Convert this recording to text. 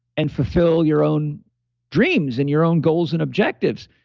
and fulfill your own dreams and your own goals and objectives.